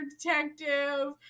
Detective